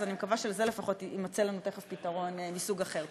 אז אני מקווה שלזה לפחות יימצא לנו תכף פתרון מסוג אחר.